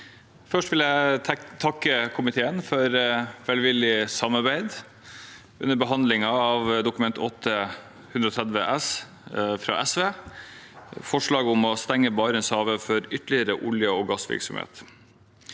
Først vil jeg takke komiteen for velvillig samarbeid under behandlingen av Dokument 8:130 S, representantforslaget fra SV om å stenge Barentshavet for ytterligere olje- og gassvirksomhet.